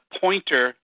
pointer